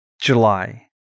July